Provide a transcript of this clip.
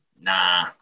nah